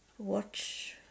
Watch